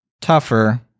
tougher